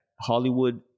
Hollywood